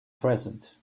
present